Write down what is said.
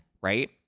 right